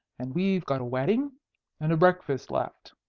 and we've got a wedding and a breakfast left.